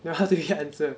yeah how to even answer